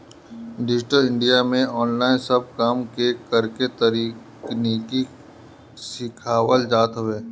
digital India में online सब काम के करेके तकनीकी सिखावल जात हवे